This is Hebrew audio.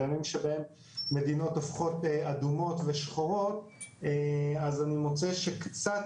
בימים שבהם מדינות הופכות אדומות ושחורות אני מוצא שקצת